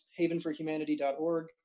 havenforhumanity.org